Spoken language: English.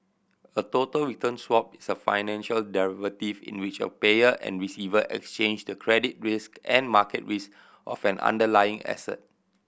a total return swap is a financial derivative in which a payer and receiver exchange the credit risk and market risk of an underlying asset